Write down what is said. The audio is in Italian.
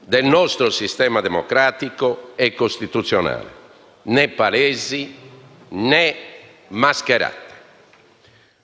del nostro sistema democratico e costituzionale, né palesi né mascherate.